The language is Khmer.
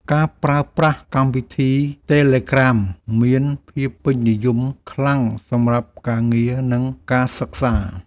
ការប្រើប្រាស់កម្មវិធីតេឡេក្រាម មានភាពពេញនិយមខ្លាំងសម្រាប់ការងារ និងការសិក្សា។